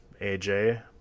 AJ